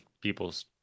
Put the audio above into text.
people's